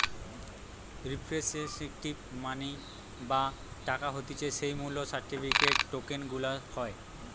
representative money বা টাকা হতিছে যেই মূল্য সার্টিফিকেট, টোকেন গুলার হয়